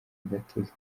gatozi